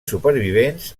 supervivents